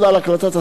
ועל כך